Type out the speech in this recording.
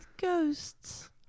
ghosts